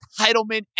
entitlement